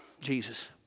Jesus